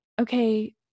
okay